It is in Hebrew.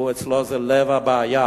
אצלו זה לב הבעיה.